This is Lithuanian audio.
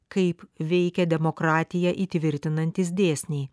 kaip veikia demokratiją įtvirtinantys dėsniai